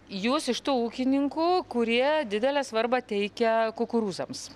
jūs iš tų ūkininkų kurie didelę svarbą teikia kukurūzams